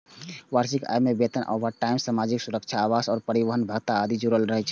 वार्षिक आय मे वेतन, ओवरटाइम, सामाजिक सुरक्षा, आवास आ परिवहन भत्ता आदि जुड़ल रहै छै